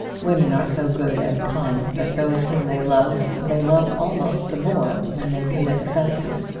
women are so good and kind that those whom they love they love almost the more when they commit offences,